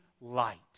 light